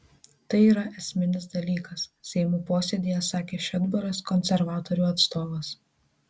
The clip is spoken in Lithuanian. tai yra esminis dalykas seimo posėdyje sakė šedbaras konservatorių atstovas